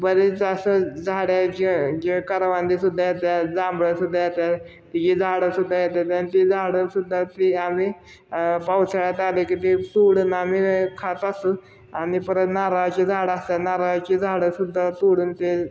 बरेच असं झाडं जे जे करवंदीसुद्धा येतात जांभळंसुद्धा येतात तिची झाडंसुद्धा येते ती झाडंसुद्धा ती आम्ही पावसाळ्यात आले की ती तोडून आम्ही खात असू आणि परत नारळाची झाडं असतात नारळाची झाडंसुद्धा तोडून ते